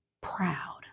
Proud